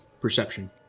Perception